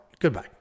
Goodbye